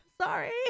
Sorry